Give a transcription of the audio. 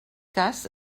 cas